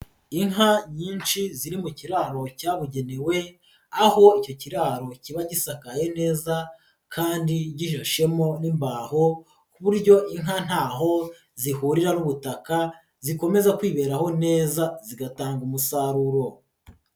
Inka nyinshi ziri mu kiraro cyabugenewe, aho icyo kiraro kiba gisakaye neza kandi gihishemo n'imbaho, ku buryo inka nta ho zihurira n'ubutaka, zikomeza kwiberaho neza zigatanga umusaruro.